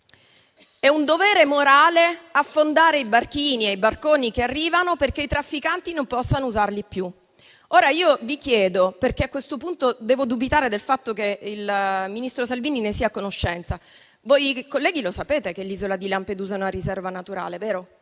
è un dovere morale affondare i barchini e i barconi che arrivano perché i trafficanti non possano usarli più. Ora vi chiedo, perché a questo punto devo dubitare del fatto che il Ministro Salvini ne sia a conoscenza: voi, colleghi, sapete che l'isola di Lampedusa è una riserva naturale, vero?